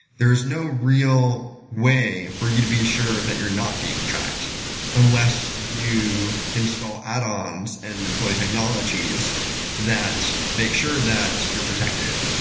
there's no real way for you to be assured that you're not being tracked unless you install add-ons and employ technologies that make sure that you're protected.